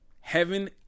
heaven